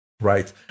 right